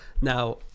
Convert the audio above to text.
Now